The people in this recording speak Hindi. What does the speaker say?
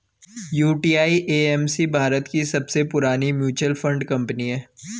यू.टी.आई.ए.एम.सी भारत की सबसे पुरानी म्यूचुअल फंड कंपनी है